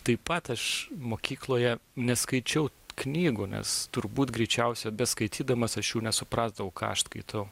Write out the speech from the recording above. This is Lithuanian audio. taip pat aš mokykloje neskaičiau knygų nes turbūt greičiausiai beskaitydamas aš jų nesupratau ką aš skaitau